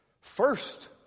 First